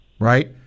right